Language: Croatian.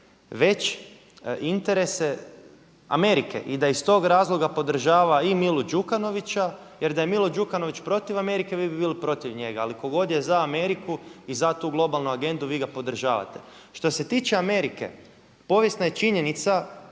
već interese Amerike. I da iz toga razloga podržava i Milu Đukanovića, jer da je Milo Đukanović protiv Amerike vi bi bili protiv njega, ali tko god je za Ameriku i za tu globalnu agendu vi ga podržavate. Što se tiče Amerike povijesna je činjenica